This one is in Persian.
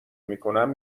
میکنم